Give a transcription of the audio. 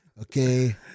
okay